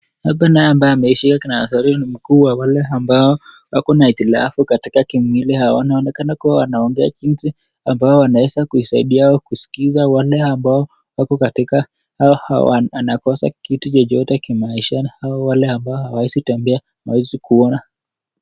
Hapa naye ambaye ameshika kinara sauti ni mkuu wa wale ambao wakona itilafu katika kimwili, wanaonekana kuwa wanaongea jinsi ambao wanaweza kuisaidia au kuisikiza wale ambao wako katika au wanakosa kitu chochote kimaishani au wale ambao hawawezi tembea, hawawezi kuona.